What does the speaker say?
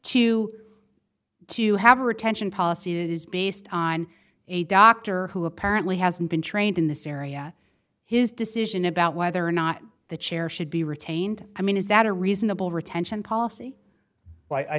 to have a retention policy that is based on a doctor who apparently hasn't been trained in this area his decision about whether or not the chair should be retained i mean is that a reasonable retention policy